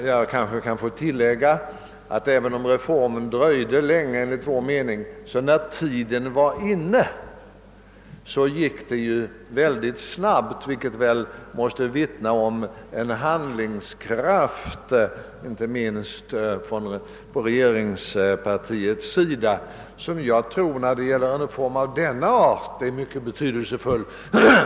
Jag kanske kan få tillägga att även om reformen enligt vår mening dröjt alltför länge, gick det mycket snabbt när tiden ansågs vara inne. Detta måste väl vittna om handlingskraft, inte minst från regeringspartiets sida, som jag tror är mycket betydelsefull när det gäller en reform av denna art.